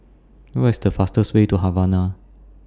What IS The fastest Way to Havana